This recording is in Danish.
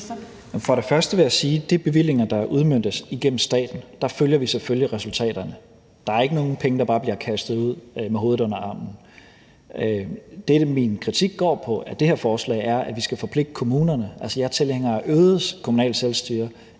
For det første vil jeg sige, at ved de bevillinger, der udmøntes igennem staten, følger vi selvfølgelig resultaterne. Der er ikke nogen penge, der bare bliver kastet ud med hovedet under armen. Det, min kritik af det her forslag går på, er, at vi skal forpligte kommunerne til det. Altså, jeg er tilhænger af øget kommunalt selvstyre,